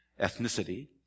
ethnicity